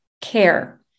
care